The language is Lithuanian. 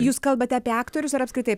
jūs kalbate apie aktorius ar apskritai